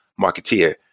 marketeer